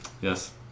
Yes